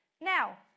Now